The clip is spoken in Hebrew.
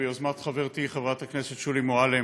ביוזמת חברתי חברת הכנסת שולי מועלם,